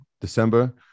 December